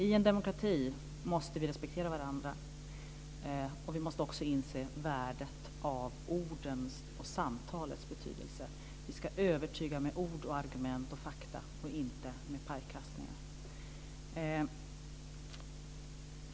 I en demokrati måste vi respektera varandra, och vi måste också inse värdet av orden och samtalets betydelse. Vi ska övertyga med ord, argument och fakta och inte med pajkastningar.